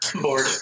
Bored